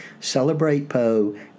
CelebratePoe